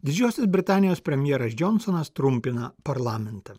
didžiosios britanijos premjeras džonsonas trumpina parlamentą